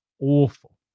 awful